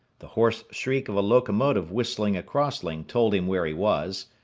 the hoarse shriek of a locomotive whistling a crossing told him where he was.